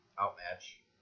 outmatch